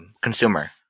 consumer